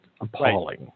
appalling